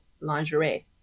lingerie